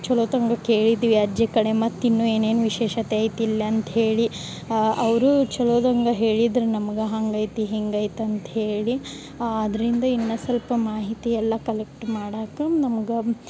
ಛಲೋ ತಂಗ ಕೇಳಿದ್ವಿ ಅಜ್ಜಿ ಕಡೆ ಮತ್ತಿನ್ನು ಏನೇನು ವಿಶೇಷತೆ ಐತ ಇಲ್ಲಂತ ಹೇಳಿ ಅವರು ಛಲೋದಂಗ ಹೇಳಿದ್ರ ನಮ್ಗೆ ಹೇಗೈತಿ ಹಿಂಗೈತ ಅಂತ್ಹೇಳಿ ಅದರಿಂದ ಇನ್ನ ಸ್ವಲ್ಪ ಮಾಹಿತಿ ಎಲ್ಲ ಕಲೆಕ್ಟ್ ಮಾಡಾಕ ನಮ್ಗೆ